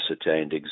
ascertained